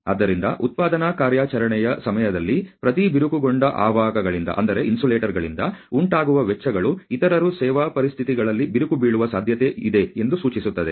ಆದ್ದರಿಂದ ಉತ್ಪಾದನಾ ಕಾರ್ಯಾಚರಣೆಯ ಸಮಯದಲ್ಲಿ ಪ್ರತಿ ಬಿರುಕುಗೊಂಡ ಅವಾಹಕಗಳಿಂದ ಉಂಟಾಗುವ ವೆಚ್ಚಗಳು ಇತರರು ಸೇವಾ ಪರಿಸ್ಥಿತಿಗಳಲ್ಲಿ ಬಿರುಕು ಬೀಳುವ ಸಾಧ್ಯತೆಯಿದೆ ಎಂದು ಸೂಚಿಸುತ್ತದೆ